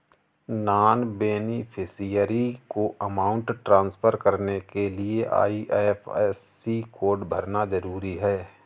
non beneficiary को amount transfer करने के लिए आई.एफ.एस.सी कोड भरना जरूरी है